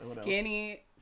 Skinny